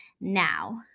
Now